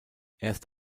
erst